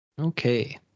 Okay